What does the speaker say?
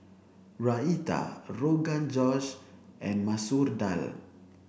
Raita Rogan Josh and Masoor Dal